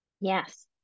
Yes